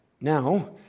Now